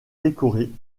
décorée